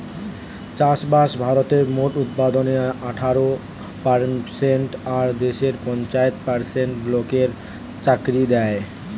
চাষবাস ভারতের মোট উৎপাদনের আঠারো পারসেন্ট আর দেশের পঞ্চাশ পার্সেন্ট লোকদের চাকরি দ্যায়